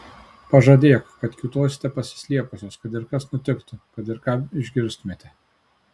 pažadėk kad kiūtosite pasislėpusios kad ir kas nutiktų kad ir ką išgirstumėte